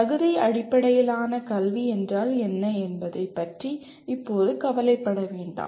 தகுதி அடிப்படையிலான கல்வி என்றால் என்ன என்பதைப் பற்றி இப்போது கவலைப்பட வேண்டாம்